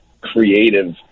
creative